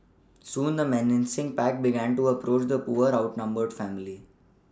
soon the menacing pack began to approach the poor outnumbered family